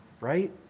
right